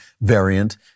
variant